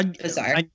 Bizarre